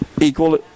equal